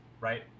right